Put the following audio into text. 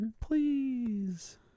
Please